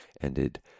ended